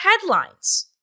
headlines